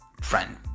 friend